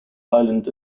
island